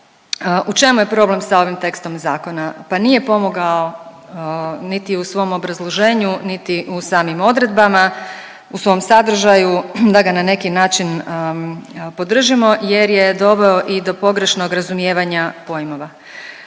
u čemu je problem sa ovim tekstom zakona? Pa nije pomogao niti u svom obrazloženju, niti u samim odredbama, u svom sadržaju da ga na neki način podržimo jer je doveo i do pogrešnog razumijevanja pojmova.